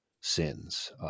sins